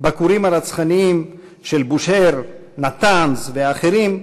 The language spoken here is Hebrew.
בכורים הרצחניים של בושהר, נתאנז ואחרים,